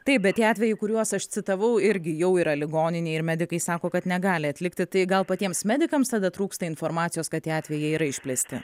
taip bet tie atvejai kuriuos aš citavau irgi jau yra ligoninėj ir medikai sako kad negali atlikti tai gal patiems medikams tada trūksta informacijos kad tie atvejai yra išplėsti